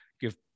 give